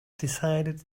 decided